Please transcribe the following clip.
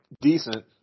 decent